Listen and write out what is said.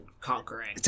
conquering